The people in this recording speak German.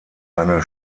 eine